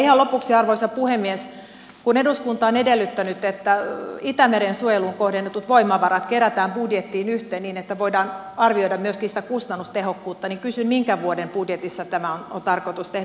ihan lopuksi arvoisa puhemies kun eduskunta on edellyttänyt että itämeren suojeluun kohdennetut voimavarat kerätään budjettiin yhteen niin että voidaan arvioida myöskin kustannustehokkuutta niin kysyn minkä vuoden budjetissa tämä on tarkoitus tehdä